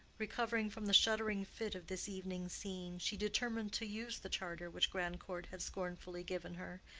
recovered from the shuddering fit of this evening scene, she determined to use the charter which grandcourt had scornfully given her,